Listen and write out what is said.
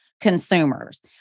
consumers